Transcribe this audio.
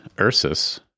Ursus